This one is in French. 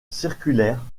circulaire